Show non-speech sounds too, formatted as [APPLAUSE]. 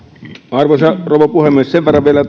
arvoisa rouva puhemies kysyn vielä [UNINTELLIGIBLE]